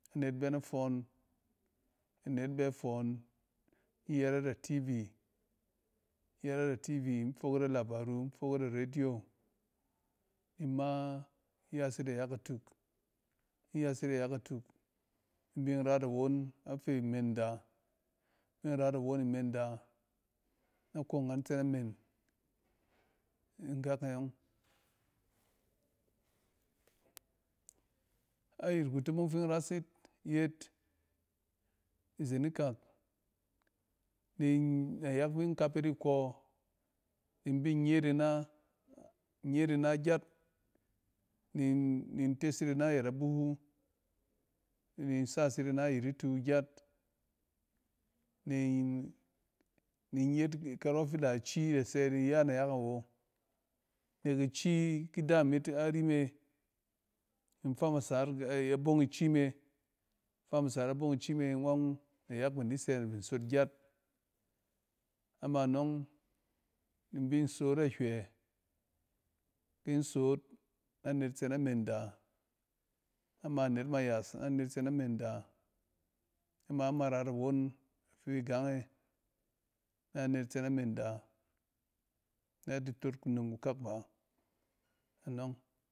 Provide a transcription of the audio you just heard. Anet bɛ na fↄↄn, kyɛ net bɛ fↄↄn, in yɛrɛ yit a tv, in yɛrɛt a tv in fok it a labaru, in fok it a redio ni in ma yas yit nayak atuk in yas it nayak atuk in bin rat awonafi menda, ki in rayit awon menda na ko ngan tsɛ men in gak e ↄng. Ayit kutomong fin ras yit yet izen ikak, nin-nayak fin kapit nikↄ in binyet ina, nyet ina gyat nin-ni ntes yet ina ayɛt a buhu ni in sasit ina ayɛt itu gyat nin-ninyet karↄ fa da ici da sɛ idi ya nayak awo. Nek ici ki daam yit arime. In famasa yit-abong ici me famasat abong ici me nↄng nayak bin di sɛ na sot gyat a ma nↄng ni inbin sot a hywɛ. Kin sot a net tse na menda, ama anet ma yas, nɛ net tsa na menda ama ma rat a won afi gange nɛ net tsɛ na menda nɛ di tot kunom kukuk ba anↄng.